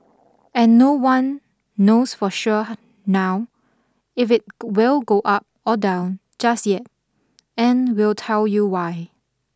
and no one knows for sure now if it will go up or down just yet and we'll tell you why